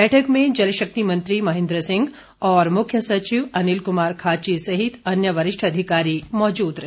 बैठक में जल शक्ति मंत्री महेन्द्र सिंह और मुख्य सचिव अनिल कुमार खाची सहित अन्य वरिष्ठ अधिकारी मौजूद रहे